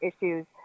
issues